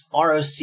ROC